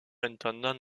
intendant